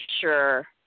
sure